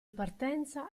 partenza